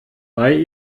bei